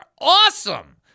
awesome